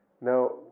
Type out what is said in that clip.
Now